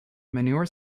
manure